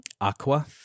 Aqua